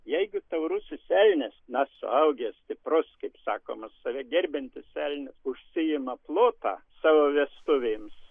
jeigu taurusis elnias na suaugęs stiprus kaip sakoma save gerbiantis eilnias užsiima plotą savo vestuvėms